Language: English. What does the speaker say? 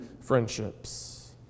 friendships